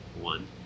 one